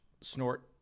snort